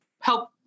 help